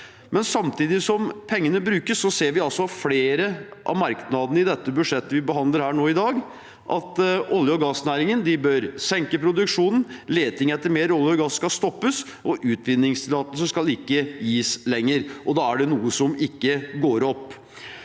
Samtidig som pengene brukes, ser vi i flere av merknadene i det budsjettet vi behandler nå i dag, at olje- og gassnæringen bør senke produksjonen, at leting etter mer olje og gass skal stoppes, og at utvinningstillatelser ikke lenger skal gis. Da er det noe som ikke går opp.